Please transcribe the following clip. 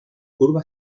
curva